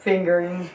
Fingering